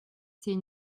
c’est